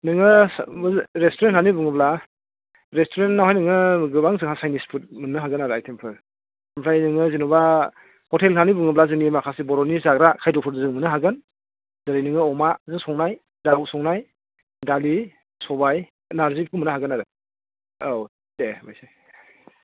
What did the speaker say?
नोंङो रेस्तुरेन्ट होन्नानै बुङोब्ला रेस्तुरेन्टआवहाय नोंङो गोबां जोंहा चाइनिस फुड मोन्नो हागोन आरो आइटेमफोर ओमफ्राय नोंङो जेनेबा हटेल होन्नानै बुङोब्ला जोंनि माखासे बर'नि जाग्रा खायद्द'फोर जों मोन्नो हागोन जेरै नोङो अमा संनाय दाउ संनाय दालि सबाइ नारजि ओंख्रिखौ मोन्नो हागोन आरो औ दे जाबायसै